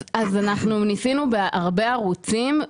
אנחנו ניסינו בהרבה ערוצים,